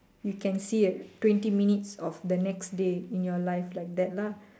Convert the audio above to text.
you can see twenty minutes of the next day in your life like that lah